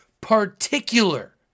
particular